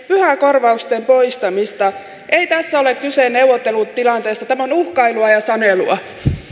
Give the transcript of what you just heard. pyhäkorvausten poistamista ei tässä ole kyse neuvottelutilanteesta tämä on uhkailua ja sanelua